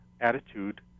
attitude